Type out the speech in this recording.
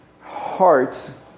hearts